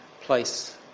place